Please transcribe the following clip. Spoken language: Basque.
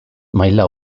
maila